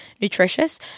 nutritious